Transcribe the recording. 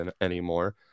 anymore